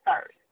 first